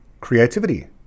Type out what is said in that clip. creativity